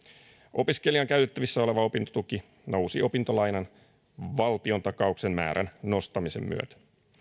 opiskelijan käytettävissä oleva opintotuki nousi opintolainan valtiontakauksen määrän nostamisen myötä